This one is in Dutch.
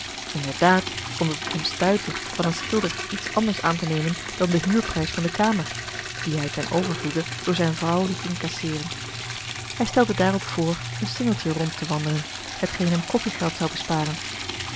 inderdaad omdat het hem stuitte van een schilder iets anders aantenemen dan den huurprijs van de kamer dien hij ten overvloede door zijn vrouw liet inkasseeren hij stelde daarop voor een singeltje rondte wandelen hetgeen hem koffiegeld zou besparen